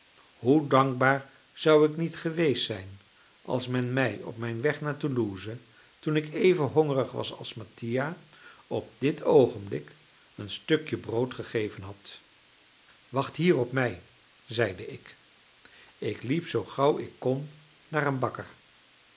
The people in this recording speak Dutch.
hoe dankbaar zou ik niet geweest zijn als men mij op weg naar toulouse toen ik even hongerig was als mattia op dit oogenblik een stukje brood gegeven had wacht hier op mij zeide ik ik liep zoo gauw ik kon naar een bakker